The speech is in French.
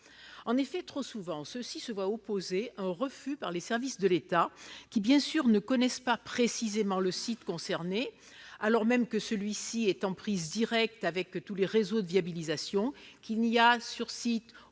En effet, trop souvent, ceux-ci se voient opposer un refus par les services de l'État, qui ne connaissent évidemment pas précisément le site concerné, alors même que celui-ci est en prise directe avec tous les réseaux de viabilisation et qu'il n'y a sur le